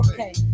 Okay